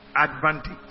advantage